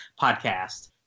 podcast